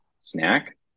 snack